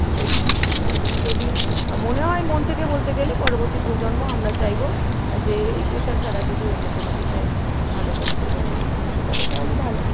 তো যদি মনে হয় মন থেকে বলতে গেলে পরবর্তী প্রজন্ম আমরা চাইব যে এই পেশা ছাড়া যদি অন্য কোনো পেশায় ভালো কোনো পেশায় নিযুক্ত হতে পারে তাহলে ভালো